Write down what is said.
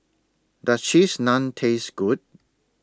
Does Cheese Naan Taste Good